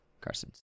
carsons